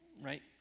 right